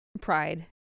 pride